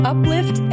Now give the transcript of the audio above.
Uplift